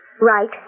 Right